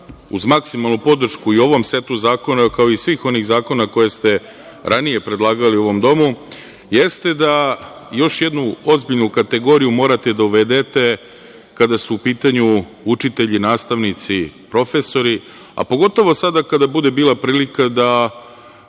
uz maksimalnu podršku i ovom setu zakona, kao i svih onih zakona koje ste ranije predlagali u ovom domu jeste da još jednu ozbiljnu kategoriju morate da uvede kada su u pitanju učitelji, nastavnici, profesori, a pogotovo sada kada bude prilika da